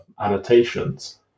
annotations